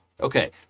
Okay